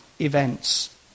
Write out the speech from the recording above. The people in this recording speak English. events